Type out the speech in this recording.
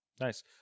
Nice